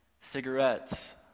Cigarettes